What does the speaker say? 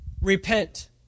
Repent